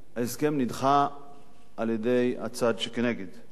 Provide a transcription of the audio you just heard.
ההסכם נדחה על-ידי הצד שכנגד.